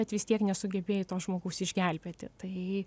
bet vis tiek nesugebėjai to žmogaus išgelbėti tai